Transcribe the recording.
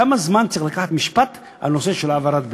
כמה זמן צריך לקחת משפט על נושא של עבירת בנייה?